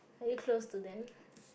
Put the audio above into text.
are you close to them